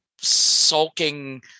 sulking